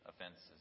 offenses